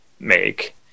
make